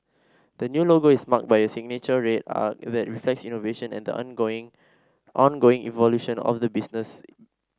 the new logo is marked by a signature red arc that reflects innovation and the ongoing ongoing evolution of the business